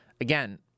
again